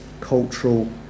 cultural